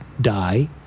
die